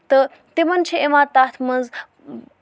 تہٕ تِمن چھُ یِوان تَتھ منٛز